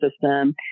system